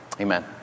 Amen